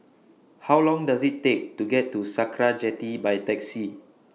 How Long Does IT Take to get to Sakra Jetty By Taxi